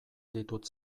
ditut